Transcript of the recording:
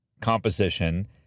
composition